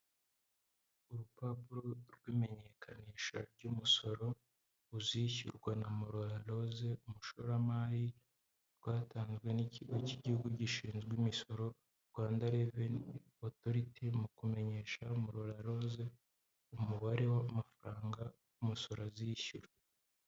Urupapuro rw'imenyekanisha ry'umusoro ruzishyurwa na Murora Rose umushoramari, rwatanzwe n'ikigo k'igihugu gishinzwe imisoro Rwanda reveni otoriti, mu kumenyesha Murora Roze umubare w'amafaranga umusoro azirishyura.